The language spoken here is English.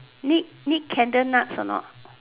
need need candle nuts a not